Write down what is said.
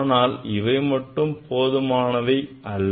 ஆனால் இவை மட்டும் போதுமானவை அல்ல